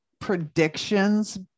predictions